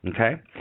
Okay